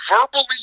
verbally